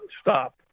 stop